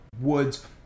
Woods